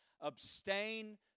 abstain